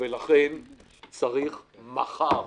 לכן צריך מחר,